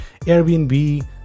Airbnb